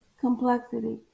Complexity